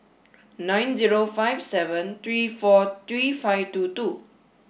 nine zero five seven three four three five two two